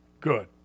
good